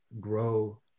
grow